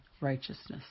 Righteousness